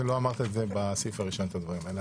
ולא אמרת את בסעיף הראשון את הדברים האלה.